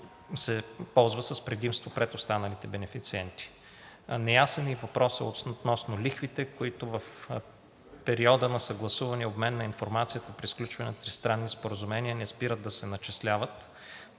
се ползва с предимство пред останалите бенефициенти. Неясен е и въпросът относно лихвите, които в периода на съгласуване и обмен на информация при сключване на тристранни споразумения не спират да се начисляват,